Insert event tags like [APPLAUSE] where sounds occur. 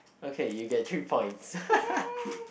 okay you get three points [LAUGHS]